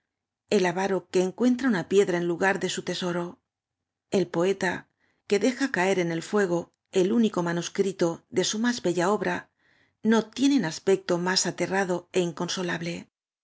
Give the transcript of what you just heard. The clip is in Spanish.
el avaro que encuentra una piedra en lugar de su teso ro el poeta que deja caer en el fuego el único manuscrito de su más bella obra no tienen as pecto más aterrado é inconsolable la